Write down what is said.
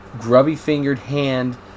grubby-fingered-hand